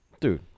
Dude